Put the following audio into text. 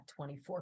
24